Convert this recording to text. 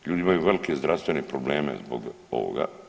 Ljudi imaju velike zdravstvene probleme zbog ovoga.